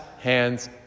hands